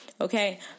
okay